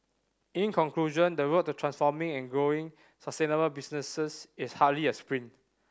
in conclusion the road to transforming and growing sustainable businesses is hardly a sprint